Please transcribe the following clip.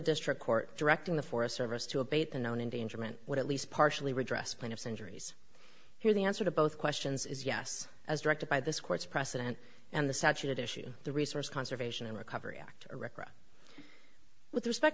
district court directing the forest service to abate the known endangerment would at least partially redress plaintiff's injuries here the answer to both questions is yes as directed by this court's precedent and the statute issue the resource conservation and recovery act ereka with respect